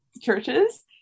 churches